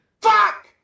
Fuck